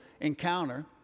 encounter